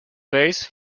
base